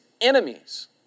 enemies